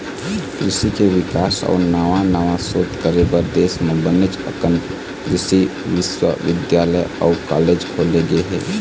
कृषि के बिकास अउ नवा नवा सोध करे बर देश म बनेच अकन कृषि बिस्वबिद्यालय अउ कॉलेज खोले गे हे